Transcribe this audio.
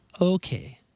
Okay